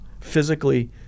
physically